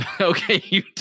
okay